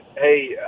Hey